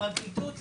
הפרקליטות,